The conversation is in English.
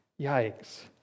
Yikes